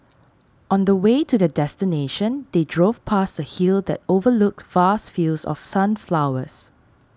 on the way to their destination they drove past a hill that overlooked vast fields of sunflowers